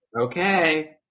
Okay